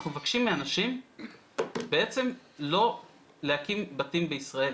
אנחנו מבקשים מאנשים בעצם לא להקים בתים בישראל,